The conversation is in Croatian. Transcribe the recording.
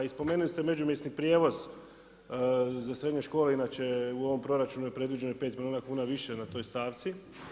Spomenuli ste međumjesni prijevoz za srednje škole, inače u ovom proračunu je predviđeno 5 milijuna kuna više na toj stavci.